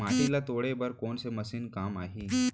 माटी ल तोड़े बर कोन से मशीन काम आही?